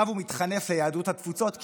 עכשיו הוא מתחנף ליהדות התפוצות,